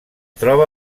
troba